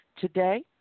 today